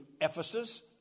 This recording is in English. Ephesus